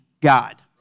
God